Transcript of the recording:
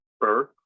birth